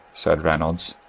said reynolds,